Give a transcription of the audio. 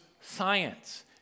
science